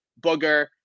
Booger